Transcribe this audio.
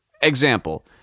example